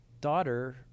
daughter